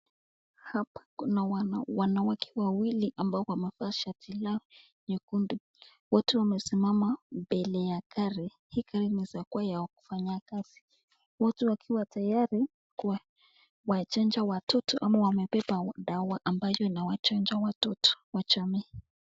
Hapa kuna wanawake wawili ambao wamevaa shati lao nyekundu, wote wamesimama mbeke ya gari. Hii gari inaweza kuwa ya kufanya kazi. Wote wakiwa tayari kuwachanja watoto ama wamebeba dawa ambayo inawachanja watoto wa jamii.